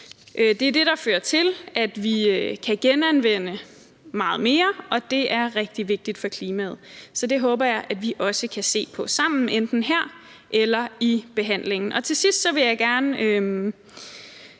Det er det, der fører til, at vi kan genanvende meget mere, og det er rigtig vigtigt for klimaet. Så det håber jeg også at vi kan se på sammen, enten her eller senere i behandlingen. Til sidst vil jeg gerne